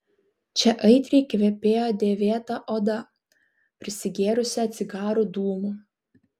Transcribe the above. čia aitriai kvepėjo dėvėta oda prisigėrusią cigarų dūmų